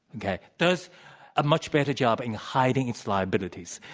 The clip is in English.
okay, does a much better job in hiding its liabilities.